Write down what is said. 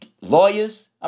lawyers